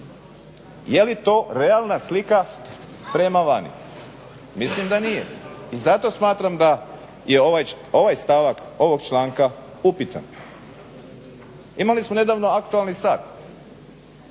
je li to realna slika prema vani? Mislim da nije i zato smatram da je ovaj stavak ovog članka upitan. Imali smo nedavno aktualni sat.